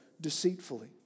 deceitfully